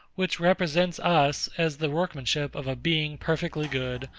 which represents us as the workmanship of a being perfectly good,